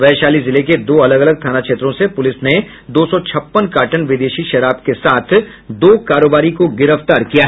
वैशाली जिले के दो अलग अलग थाना क्षेत्रों से पुलिस ने दो सौ छप्पन कार्टन विदेशी शराब के साथ दो कारोबारी को गिरफ्तार कर लिया